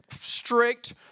strict